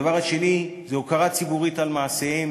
הדבר השני זה הוקרה ציבורית על מעשיהם.